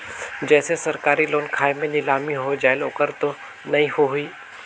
जैसे सरकारी लोन खाय मे नीलामी हो जायेल ओकर तो नइ होही?